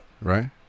right